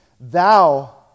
Thou